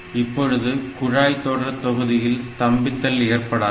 இப்பொழுது குழாய் தொடர்தொகுதியில் ஸ்தம்பித்தல் ஏற்படாது